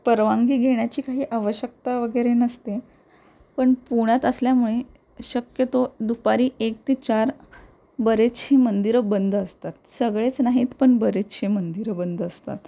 परवानगी घेण्याची काही आवश्यकता वगैरे नसते पण पुण्यात असल्यामुळे शक्यतो दुपारी एक ते चार बरीचशी मंदिरं बंद असतात सगळेच नाहीत पण बरीचशे मंदिरं बंद असतात